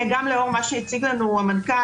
גם לאור מה שהציג לנו המנכ"ל,